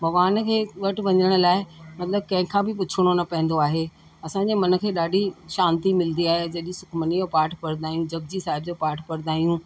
भॻवान खे वटि वञण लाइ मतलबु कंहिं खां बि पुछिणो न पवंदो आहे असांजे मन खे ॾाढी शांति मिलंदी आहे जॾहिं सुखमनीअ जो पाठ पढ़ंदा आहियूं जपिजी साहिब जो पाठ पढ़ंदा आहियूं